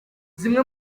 zimwe